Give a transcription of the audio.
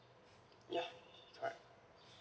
yeah alright